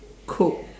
coke